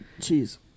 cheese